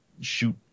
shoot